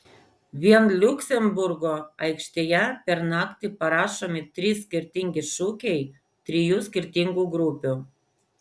vien liuksemburgo aikštėje per naktį parašomi trys skirtingi šūkiai trijų skirtingų grupių